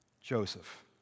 Joseph